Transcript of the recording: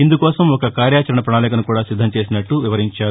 ఇందుకోసం ఒక కార్యాచరణ పణాళికను కూడా సిద్దం చేసినట్లుగా వివరించారు